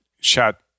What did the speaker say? shot